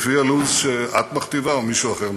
לפי הלו"ז שאת מכתיבה או מישהו אחר מכתיב.